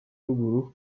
ruguru